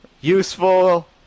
useful